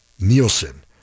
Nielsen